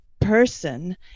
person